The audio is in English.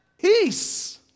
peace